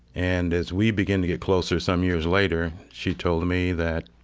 and as we began to get closer some years later, she told me that